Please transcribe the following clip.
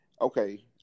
Okay